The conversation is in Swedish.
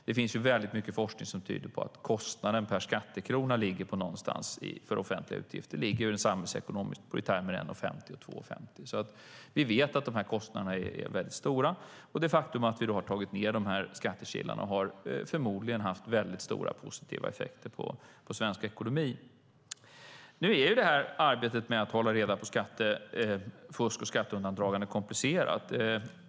Det finns mycket forskning som tyder på att kostnaden per skattekrona för de offentliga utgifterna i samhällsekonomiska termer ligger någonstans på 1,50 och 2,50. Vi vet att de kostnaderna är stora. Det faktum att vi har minskat skattekilarna har förmodligen haft stora positiva effekter på svensk ekonomi. Arbetet med att hålla reda på skattefusk och skatteundandragande är komplicerat.